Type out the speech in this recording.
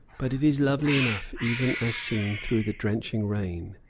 but it is lovely enough even as seen through the drenching rain.